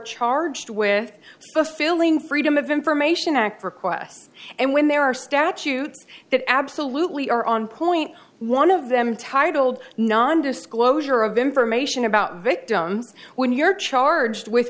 charged with a failing freedom of information act requests and when there are statutes that absolutely are on point one of them titled non disclosure of information about victims when you're charged with